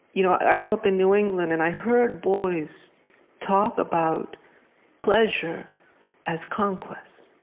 you know i grew up in new england, and i heard boys talk about pleasure as conquest.